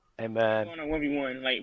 Amen